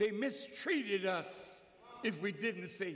they mistreated us if we didn't say